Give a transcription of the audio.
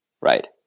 Right